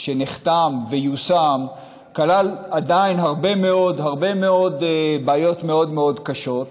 שנחתם ויושם כלל עדיין הרבה מאוד בעיות מאוד מאוד קשות.